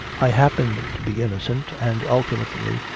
i happened to be innocent and, ultimately,